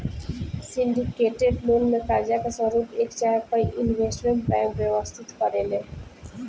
syndicated loan में कर्जा के स्वरूप एक चाहे कई इन्वेस्टमेंट बैंक व्यवस्थित करेले